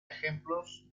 ejemplos